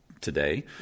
today